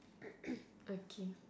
okay